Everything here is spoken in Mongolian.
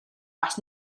бас